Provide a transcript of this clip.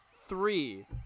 Three